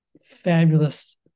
fabulous